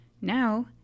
Now